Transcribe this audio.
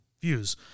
views